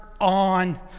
on